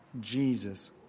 Jesus